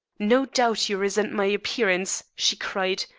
no doubt you resent my appearance, she cried,